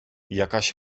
jakaś